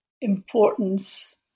importance